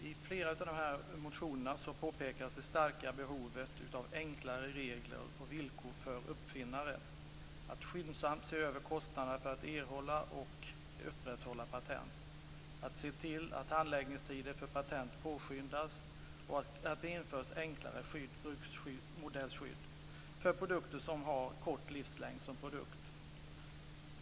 I flera av dessa påpekas det starka behovet av att skapa enklare regler och villkor för uppfinnare, att skyndsamt se över kostnaderna för att erhålla och upprätthålla patent, att se till att handläggningstider för patent påskyndas samt att det införs enklare skydd, bruksmodellsskydd, för produkter som har kort livslängd som produkt.